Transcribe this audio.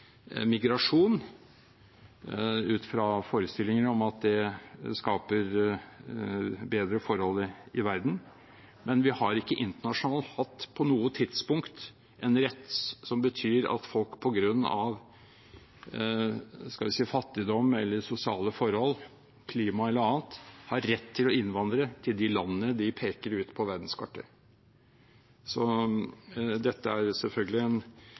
migrasjon ut fra forestillinger om at det skaper bedre forhold i verden, men vi har ikke internasjonalt på noe tidspunkt hatt en rett som betyr at folk på grunn av, skal vi si, fattigdom eller sosiale forhold, klima eller annet, har rett til å innvandre til de landene de peker ut på verdenskartet. Så dette er selvfølgelig en